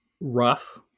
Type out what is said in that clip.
rough